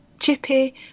chippy